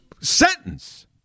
sentence